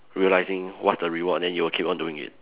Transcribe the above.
realising what's the reward then you will keep on doing it